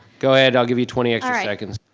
go ahead, i'll give you twenty extra seconds.